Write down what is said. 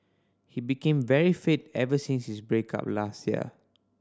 he became very fit ever since his break up last year